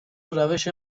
روش